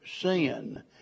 sin